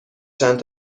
چند